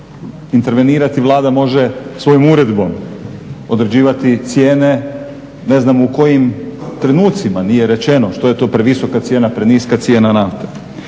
intervenirati Vlada može svojom uredbom, određivati cijene ne znam u kojim trenucima, nije rečeno što je to previsoka cijena, preniska cijena nafte.